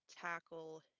tackle